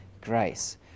grace